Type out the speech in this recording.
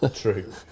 True